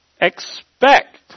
Expect